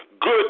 good